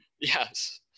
yes